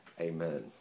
Amen